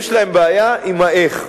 יש להם בעיה עם ה"איך".